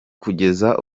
kugeza